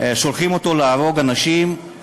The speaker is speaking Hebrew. שולחים אותו להרוג אנשים,